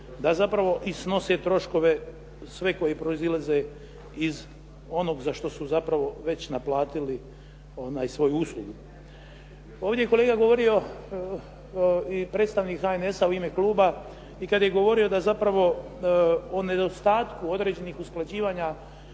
da zapravo i snose troškove sve koji proizlaze iz onog za što su zapravo već naplatili svoju uslugu. Ovdje je kolega govorio i predstavnik HNS-a u ime kluba i kad je govorio da zapravo o nedostatku određenih usklađivanja